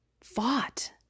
fought